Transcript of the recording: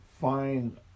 find